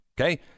Okay